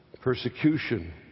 persecution